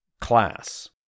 class